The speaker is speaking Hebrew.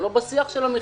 אני לא בשיח של המחירים.